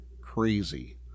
crazy